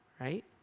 right